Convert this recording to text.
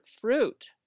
fruit